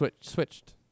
switched